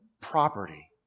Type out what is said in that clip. property